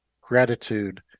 gratitude